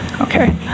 Okay